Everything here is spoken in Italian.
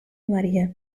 marie